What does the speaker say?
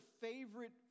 favorite